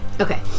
Okay